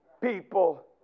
people